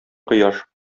кояш